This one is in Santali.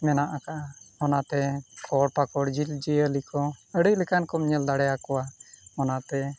ᱢᱮᱱᱟᱜ ᱠᱟᱜᱼᱟ ᱚᱱᱟᱛᱮ ᱯᱷᱚᱞ ᱯᱟᱠᱚᱲ ᱡᱤᱵᱽ ᱡᱤᱭᱟᱹᱞᱤ ᱠᱚ ᱟᱹᱰᱤ ᱞᱮᱠᱟᱱ ᱠᱚᱢ ᱧᱮᱞ ᱫᱟᱲᱮ ᱟᱠᱚᱣᱟ ᱚᱱᱟᱛᱮ